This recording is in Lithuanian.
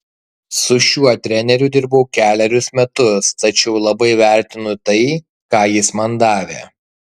su šiuo treneriu dirbau kelerius metus tačiau labai vertinu tai ką jis man davė